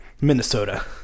Minnesota